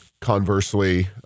conversely